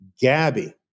Gabby